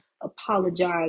apologize